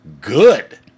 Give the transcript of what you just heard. good